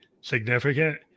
significant